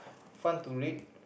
fun to read